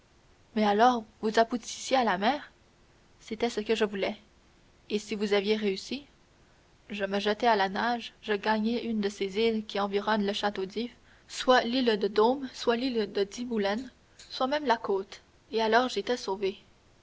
mais alors vous aboutissiez à la mer c'était ce que je voulais et si vous aviez réussi je me jetais à la nage je gagnais une des îles qui environnent le château d'if soit l'île de daume soit l'île de tiboulen soit même la côte et alors j'étais sauvé